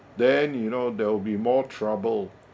then you know there will be more trouble